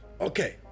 Okay